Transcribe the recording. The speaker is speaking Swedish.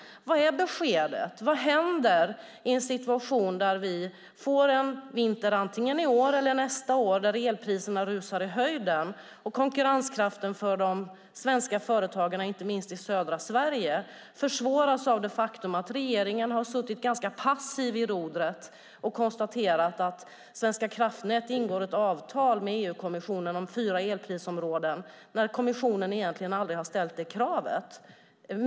Vad är beskedet, och vad händer i en situation där vi får en vinter i år eller nästa år då elpriserna rusar i höjden och konkurrenskraften för de svenska företagarna, inte minst i södra Sverige, försvåras av det faktum att regeringen har suttit ganska passiv vid rodret och konstaterat att Svenska kraftnät ingår ett avtal med EU-kommissionen om fyra elprisområden när kommissionen egentligen aldrig har ställt detta krav?